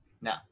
no